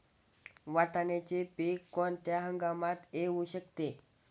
वाटाण्याचे पीक कोणत्या हंगामात येऊ शकते?